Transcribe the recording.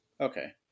Okay